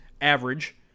average